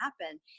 happen